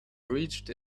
reached